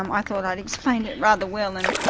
um i thought i'd explained it rather well, and